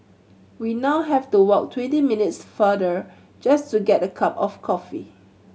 we now have to walk twenty minutes farther just to get a cup of coffee